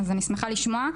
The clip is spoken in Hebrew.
אני שמחה לשמוע.